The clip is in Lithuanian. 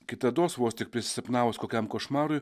kitados vos tik prisisapnavus kokiam košmarui